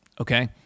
okay